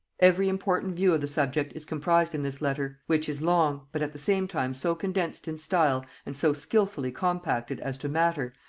every important view of the subject is comprised in this letter, which is long, but at the same time so condensed in style, and so skilfully compacted as to matter,